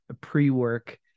pre-work